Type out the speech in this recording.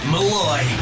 Malloy